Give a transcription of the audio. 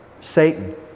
Satan